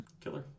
Killer